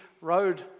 road